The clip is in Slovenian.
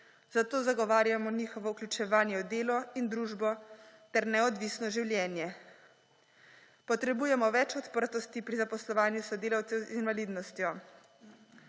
zato zagovarjamo njihovo vključevanje v delo in družbo ter neodvisno življenje. Potrebujemo več odprtosti pri zaposlovanju sodelavcev z invalidnostjo.